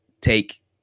take